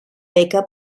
beca